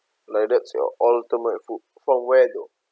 like that's your ultimate food from where though